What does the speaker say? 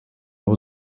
abo